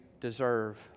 deserve